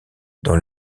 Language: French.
dans